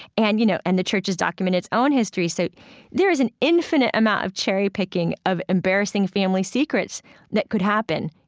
and you know and the church has documented its own history so there is an infinite amount of cherry-picking of embarrassing family secrets that could happen